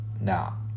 Now